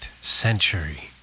Century